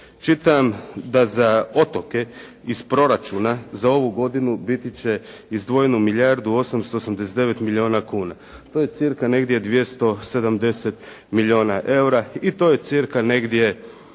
Čitam da za otoke iz proračuna za ovu godinu biti će izdvojeno milijardu 889 milijuna kuna. to je cca negdje 270 milijuna eura i to je cca negdje